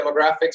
demographics